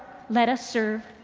let us serve.